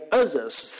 others